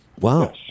Wow